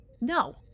No